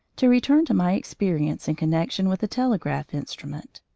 to return to my experience in connection with a telegraph instrument,